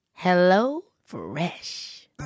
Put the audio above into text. HelloFresh